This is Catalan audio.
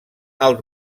alt